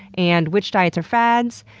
and which diets are fads,